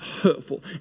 hurtful